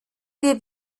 wir